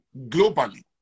globally